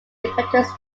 independent